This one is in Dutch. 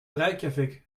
reykjavik